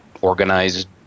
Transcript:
organized